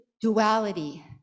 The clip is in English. duality